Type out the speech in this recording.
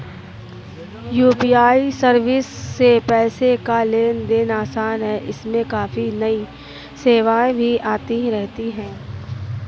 UPI service से पैसे का लेन देन आसान है इसमें काफी नई सेवाएं भी आती रहती हैं